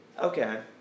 Okay